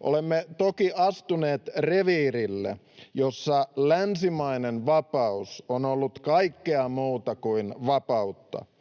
Olemme toki astuneet reviirille, jossa länsimainen vapaus on ollut kaikkea muuta kuin vapautta.